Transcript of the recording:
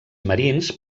marins